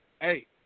hey